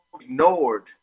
ignored